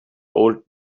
old